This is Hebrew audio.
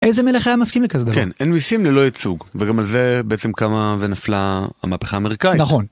איזה מלך היה מסכים לכזה דבר. כן, אין מיסים ללא ייצוג וגם על זה בעצם קמה ונפלה המהפכה האמריקאית. נכון.